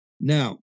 Now